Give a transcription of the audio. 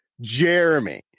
Jeremy